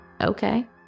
Okay